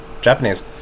Japanese